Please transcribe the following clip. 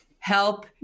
Help